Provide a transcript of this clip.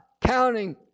counting